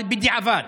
אבל בדיעבד.